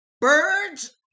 birds